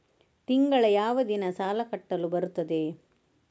ತಿಂಗಳ ಯಾವ ದಿನ ಸಾಲ ಕಟ್ಟಲು ಬರುತ್ತದೆ?